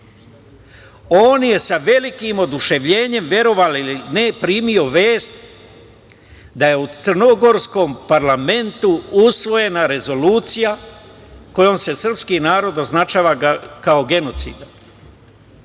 je sa velikim oduševljenjem, verovali ili ne, primio vest da je crnogorskom parlamentu usvojena rezolucija kojom se srpski narod označava kao genocidan.